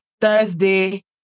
Thursday